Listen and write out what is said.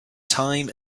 time